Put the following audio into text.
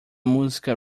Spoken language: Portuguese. música